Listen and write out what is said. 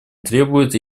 требует